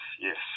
yes